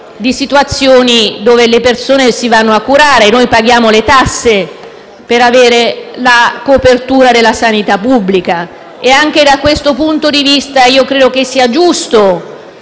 di situazioni dove le persone si vanno a curare (noi paghiamo le tasse per avere la copertura della sanità pubblica). Da questo punto di vista, io credo che sia giusto